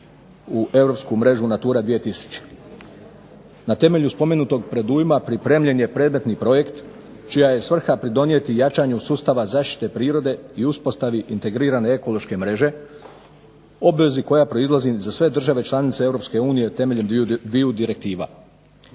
mrežu Natura 2000. Na temelju spomenutog predujma pripremljen je predmetni projekt čija je svrha pridonijeti jačanju sustava zaštite prirode i uspostavi integrirane ekološke mreže, obvezi koja proizlazi za sve države članice Europske unije temeljem dviju direktiva.